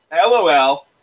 LOL